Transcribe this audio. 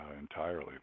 entirely